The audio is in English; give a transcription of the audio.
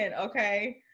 okay